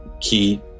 key